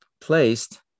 placed